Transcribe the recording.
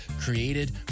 created